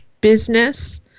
business